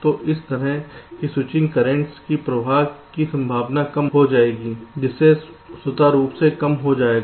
तो इस तरह की स्विचिंग कर्रेंटस के प्रवाह की संभावना कम हो जाएगी जिससे स्वतः रूप से कम हो जाएगा